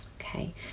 Okay